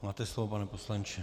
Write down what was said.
Máte slovo, pane poslanče.